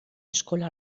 eskola